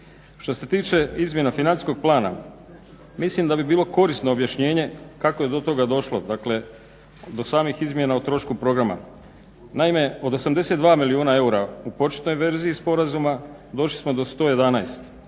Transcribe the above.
Što se tiče izmjena financijskog plana mislim da bi bilo korisno objašnjenje kako je do toga došlo, dakle do samih izmjena o trošku programa. Naime, od 82 milijuna eura u početnoj verziji sporazuma došli smo do 111